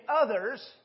others